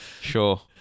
sure